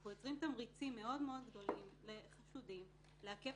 אנחנו יוצרים תמריצים מאוד גדולים לחשודים לעכב